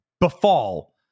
befall